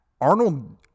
Arnold